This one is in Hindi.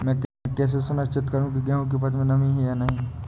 मैं कैसे सुनिश्चित करूँ की गेहूँ की उपज में नमी है या नहीं?